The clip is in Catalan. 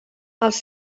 els